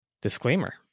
Disclaimer